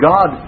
God